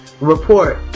Report